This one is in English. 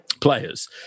players